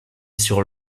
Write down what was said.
sur